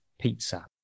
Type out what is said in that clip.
pizza